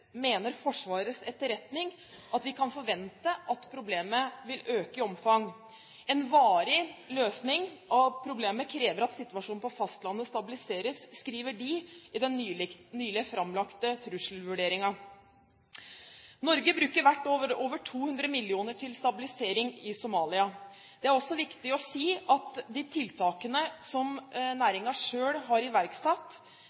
mener Forsvarets etterretning at vi kan forvente at problemet vil øke i omfang. «En varig løsning av problemet krever at situasjonen på fastlandet stabiliseres», skriver de i den nylig framlagte trusselvurderingen. Norge bruker hvert år over 200 mill. kr til stabilisering i Somalia. Det er også viktig å si at de tiltakene som